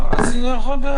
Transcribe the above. אני פותח את הישיבה.